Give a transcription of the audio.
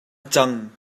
cang